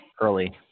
early